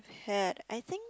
had I think